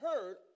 heard